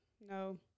no